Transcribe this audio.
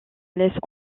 laisse